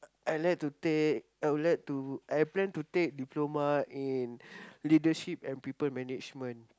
I like to take I would like to I plan to take diploma in leadership and people management